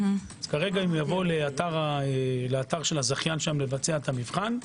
כרגע הם יבואו לאתר של הזכיין לבצע את המבחן,